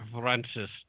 Francis